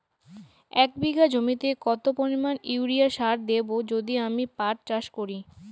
এক বিঘা জমিতে কত পরিমান ইউরিয়া সার দেব যদি আমি পাট চাষ করি?